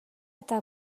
eta